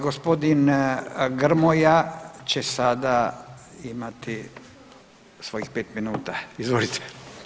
Gospodin Grmoja će sada imati svojih 5 minuta, izvolite.